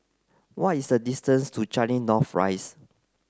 what is the distance to Changi North Rise